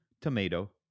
tomato